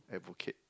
advocate